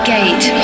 Gate